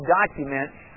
documents